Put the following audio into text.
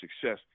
success